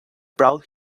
brought